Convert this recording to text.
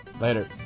later